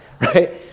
right